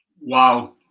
Wow